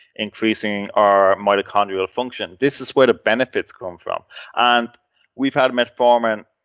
increasing our mitochondrial function. this is where the benefits come from and we've had metformin,